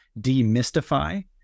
demystify